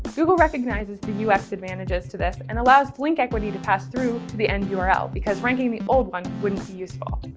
google recognizes the ux advantages to this and allows link equity to pass through to the end yeah url because ranking the old one wouldn't be useful.